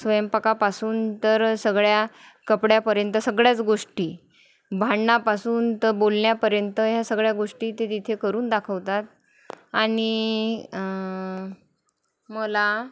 स्वयंपाकापासून तर सगळ्या कपड्यापर्यंत सगळ्याच गोष्टी भांडणापासून तर बोलण्यापर्यंत ह्या सगळ्या गोष्टी ते तिथे करून दाखवतात आणि मला